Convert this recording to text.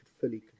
fully